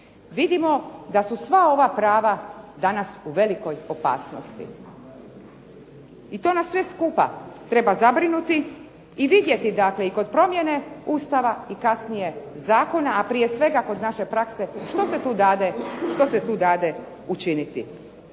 Vidimo da su sva ova prava danas u velikoj opasnosti i to nas sve skupa treba zabrinuti i vidjeti dakle i kod promjene Ustava i kasnije zakona, a prije svega kod naše prakse što se tu dade učiniti.